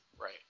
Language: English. right